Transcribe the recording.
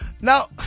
Now